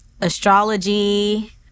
astrology